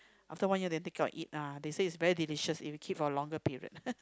after one year then take it out and eat ah they say is very delicious if you keep for a longer period